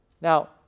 Now